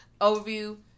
overview